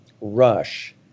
Rush